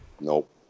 Nope